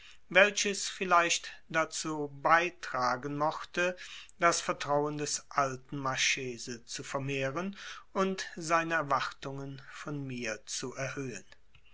welches vielleicht dazu beitragen mochte das vertrauen des alten marchese zu vermehren und seine erwartungen von mir zu erhöhen